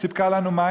סיפקה לנו מים,